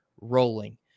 rolling